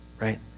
right